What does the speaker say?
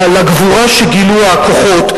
לגבורה שגילו הכוחות,